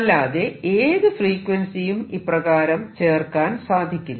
അല്ലാതെ ഏത് ഫ്രീക്വൻസിയും ഇപ്രകാരം ചേർക്കാൻ സാധിക്കില്ല